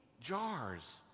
jars